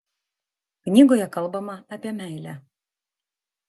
knygoje kalbama apie meilę